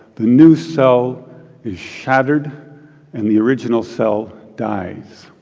the new cell is shattered and the original cell dies.